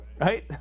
right